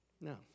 No